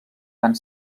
van